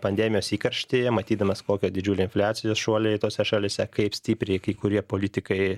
pandemijos įkarštyje matydamas kokio didžiulio infliacijos šuoliai tose šalyse kaip stipriai kai kurie politikai